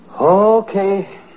Okay